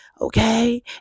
Okay